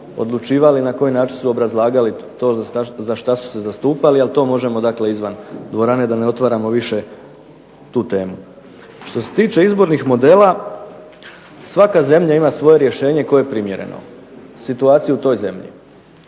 odlučivali i na koji način su obrazlagali to za što su se zastupali, ali to možemo dakle izvan dvorane da ne otvaramo više tu temu. Što se tiče izbornih modela, svaka zemlja ima svoje rješenje koje je primjereno situaciji u toj zemlji.